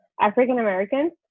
African-Americans